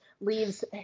leaves